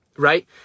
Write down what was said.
right